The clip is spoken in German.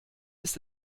ist